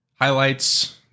highlights